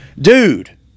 Dude